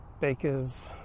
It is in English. bakers